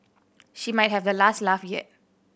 she might have the last laugh yet